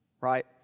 right